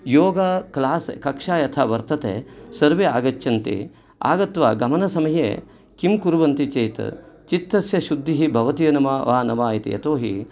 yoga class कक्षा यथा वर्तते सर्वे आगच्छन्ति आगत्य गमनसमये किं कुर्वन्ति चेत् चित्तस्य शुद्धिः भवति वा न वा इति यतोहि